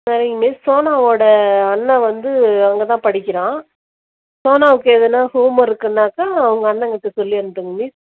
சரிங்க மிஸ் சோனாவோட அண்ணன் வந்து அங்கேதான் படிக்கிறான் சோனாவுக்கு எதுன்னா ஹோம் ஒர்க்குனாக்க அவங்க அண்ணங்கிட்ட சொல்லி அனுப்புங்க மிஸ்